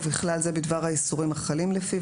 ובכלל זה בדבר האיסורים החלים לפיו,